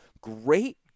Great